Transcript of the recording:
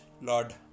Lord